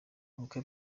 ubukwe